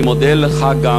אני מודה לך גם,